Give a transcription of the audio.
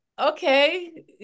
Okay